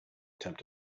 attempt